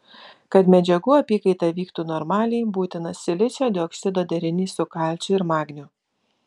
kad medžiagų apykaita vyktų normaliai būtinas silicio dioksido derinys su kalciu ir magniu